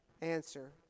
answer